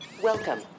Welcome